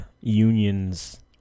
unions